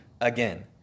again